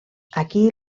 aquí